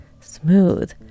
Smooth